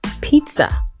pizza